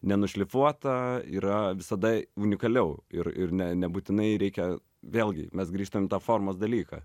nenušlifuota yra visada unikaliau ir ir ne nebūtinai reikia vėlgi mes grįžtam į tą formos dalyką